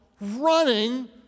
running